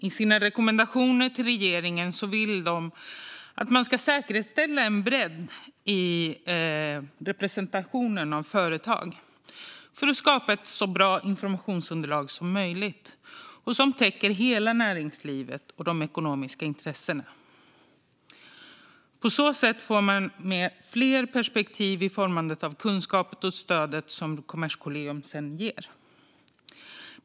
I sina rekommendationer till regeringen vill de att man ska säkerställa en bredd i representationen av företag för att skapa ett så bra informationsunderlag som möjligt som täcker hela näringslivet och de ekonomiska intressena. På så sätt får man med fler perspektiv i formandet av kunskap och det stöd som Kommerskollegium sedan ger.